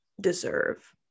deserve